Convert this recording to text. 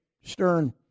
Stern